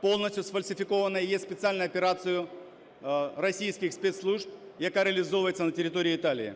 повністю сфальсифіковані і є спеціальною операцією російських спецслужб, яка реалізовується на території Італії.